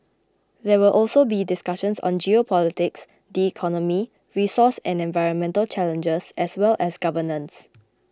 there will also be discussions on geopolitics the economy resource and environmental challenges as well as governance